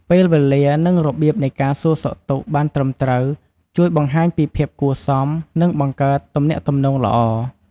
ពេលវេលា និងរបៀបនៃការសួរសុខទុក្ខបានត្រឹមត្រូវ ជួយបង្ហាញពីភាពគួរសម និងបង្កើតទំនាក់ទំនងល្អ។